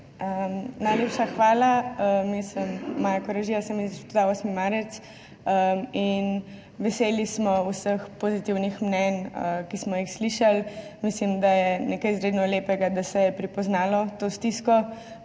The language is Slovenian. hvala. Sem Maja Koražija, sem z Inštituta 8. marec. Veseli smo vseh pozitivnih mnenj, ki smo jih slišali. Mislim, da je nekaj izredno lepega, da se je prepoznalo to stisko